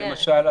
למשל,